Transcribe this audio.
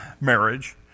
marriage